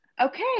Okay